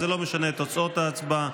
זה לא משנה את תוצאות ההצבעה.